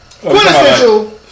Quintessential